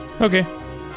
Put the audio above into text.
Okay